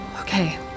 Okay